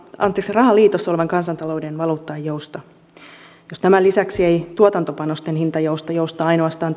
rahaliitossa olevan kansantalouden valuutta ei jousta jos tämän lisäksi ei tuotantopanosten hinta jousta joustaa ainoastaan